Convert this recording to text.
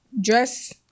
dress